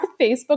Facebook